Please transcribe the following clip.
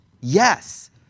Yes